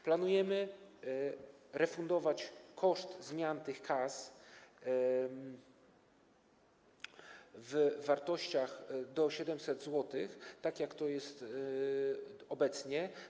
Planujemy refundować koszt zmian tych kas w wartościach do 700 zł, tak jak to jest obecnie.